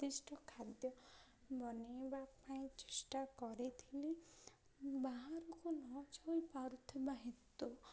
ଉର୍ଦ୍ଦିଷ୍ଟ ଖାଦ୍ୟ ବନେଇବା ପାଇଁ ଚେଷ୍ଟା କରିଥିଲି ବାହାରକୁ ନ ଯାଇ ପାରୁଥିବା ହେତୁ